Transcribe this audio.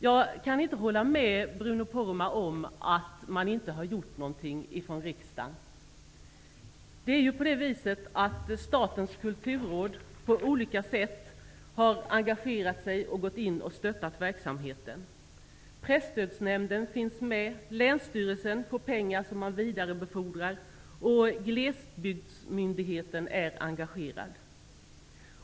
Jag kan inte hålla med Bruno Poromaa om att riksdagen inte har gjort någonting. Statens kulturråd har ju på olika sätt engagerat sig och stöttat verksamheten. Presstödsnämnden finns med. Länsstyrelsen får pengar som vidarebefordras, och Glesbygdsmyndigheten är engagerad.